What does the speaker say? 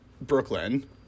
Brooklyn